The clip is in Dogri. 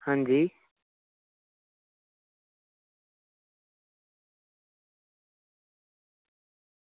हां जी